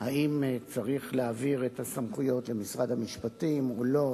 אם צריך להעביר את הסמכויות למשרד המשפטים או לא,